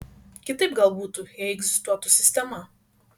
kitaip gal butų jei egzistuotų sistema